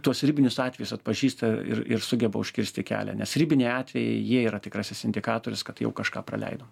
tuos ribinius atvejus atpažįsta ir ir sugeba užkirsti kelią nes ribiniai atvejai jie yra tikrasis indikatorius kad jau kažką praleidom